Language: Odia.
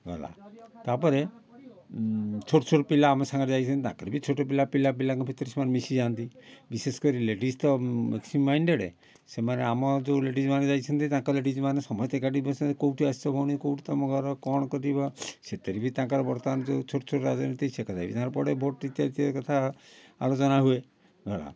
ଗଲା ତା'ପରେ ଛୋଟ ଛୋଟ ପିଲା ଆମ ସାଙ୍ଗରେ ଯାଇଛନ୍ତି ତାଙ୍କର ବି ଛୋଟ ପିଲା ପିଲା ପିଲାଙ୍କ ଭିତରେ ସେମାନେ ମିଶିଯାଆନ୍ତି ବିଶେଷ କରି ଲେଡିଜ୍ ତ ମିକ୍ସଙ୍ଗ ମାଇଁଣ୍ଡେଡ଼୍ ସେମାନେ ଆମ ଯେଉଁ ଲେଡିଜମାନେ ଯାଇଛନ୍ତି ତାଙ୍କ ଲେଡିଜମାନେ ସମସ୍ତେ କେଉଁଠୁ ଆସିଛ ଭଉଣୀ କେଉଁଠି ତୁମ ଘର କ'ଣ କରିବ ସେଥିରେ ବି ତାଙ୍କର ବର୍ତ୍ତମାନ ଯେଉଁ ଛୋଟଛୋଟ ଯେମିତି ସେ କଥା ବି ପଡ଼େ ବହୁତ କଥା ଆଲୋଚନା ହୁଏ ଗଲା